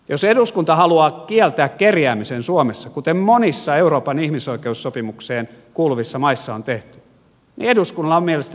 jos eduskunta haluaa kieltää kerjäämisen suomessa kuten monissa euroopan ihmisoi keussopimukseen kuuluvissa maissa on tehty niin eduskunnalla on mielestäni siihen oikeus